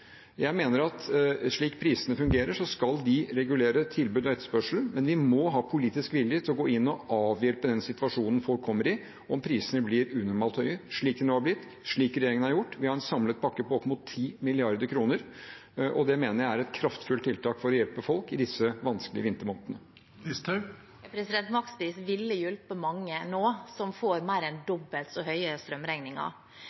Jeg mener at slik prisene fungerer, skal de regulere tilbud og etterspørsel, men vi må ha politisk vilje til å gå inn og avhjelpe den situasjonen folk kommer i om prisene blir unormalt høye, slik de nå har blitt, og slik regjeringen har gjort. Vi har en samlet pakke på opp mot 10 mrd. kr, og det mener jeg er et kraftfullt tiltak for å hjelpe folk i disse vanskelige vintermånedene. Makspris ville hjulpet mange nå som får mer enn